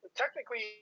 technically